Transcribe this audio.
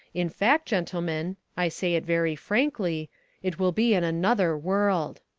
in fact, gentlemen i say it very frankly it will be in another world.